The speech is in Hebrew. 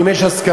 אם יש הסכמה.